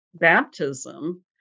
baptism